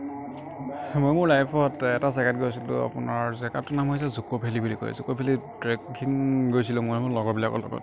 মই মোৰ লাইফত এটা জেগাত গৈছিলোঁ আপোনাৰ জেগাটোৰ নাম হৈছে জুক'ভেলী বুলি কয় জুক'ভেলীৰ ট্ৰেকিং গৈছিলোঁ মই মোৰ লগৰবিলাকৰ লগত